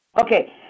Okay